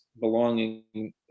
belonging